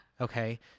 okay